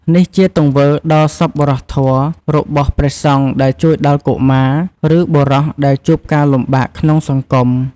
នេះជាទង្វើដ៏សប្បុរសធម៌របស់ព្រះសង្ឃដែលជួយដល់កុមារ ឬបុរសដែលជួបការលំបាកក្នុងសង្គម។